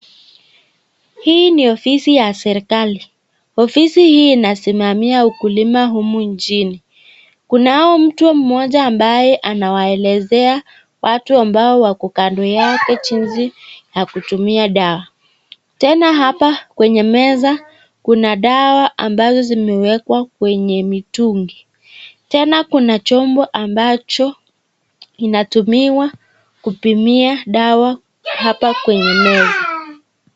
Hii ni ofisi ya serikali. Ofisi hii inasimamia ukulima humu nchini. Kunao mtu mmoja ambaye anawaelezea watu ambao wako kando yake jinsi ya kutumia dawa. Tena hapa kwenye meza kuna dawa ambazo zimewekwa kwenye mitungi. Tena kuna chombo ambacho kinatumiwa kupimia dawa hapa kwenye meza.